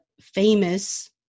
famous